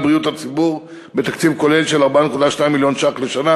בריאות הציבור בתקציב כולל של 4.2 מיליון ש"ח לשנה.